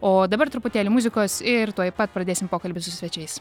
o dabar truputėlį muzikos ir tuoj pat pradėsim pokalbį su svečiais